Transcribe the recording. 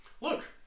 look